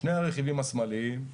שני הרכיבים השמאליים,